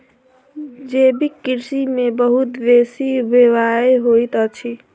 जैविक कृषि में बहुत बेसी व्यय होइत अछि